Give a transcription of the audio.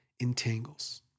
entangles